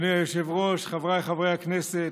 אדוני היושב-ראש, חבריי חברי הכנסת,